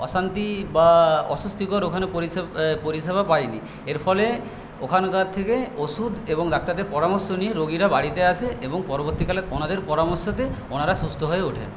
অশান্তি বা অস্বস্তিকর ওখানে পরিষেবা পায়নি এর ফলে ওখানকার থেকে ওষুধ এবং ডাক্তারদের পরামর্শ নিয়ে রোগীরা বাড়িতে আসে এবং পরবর্তীকালে ওনাদের পরামর্শতে ওনারা সুস্থ হয়ে ওঠেন